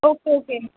okay okay